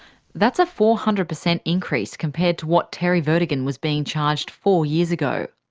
that's a four hundred percent increase compared to what terry vertigan was being charged four years ago.